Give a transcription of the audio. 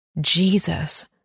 Jesus